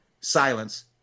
silence